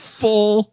full